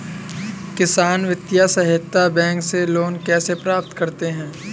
किसान वित्तीय सहायता बैंक से लोंन कैसे प्राप्त करते हैं?